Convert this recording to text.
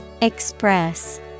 Express